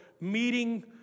meeting